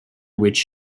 which